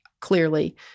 clearly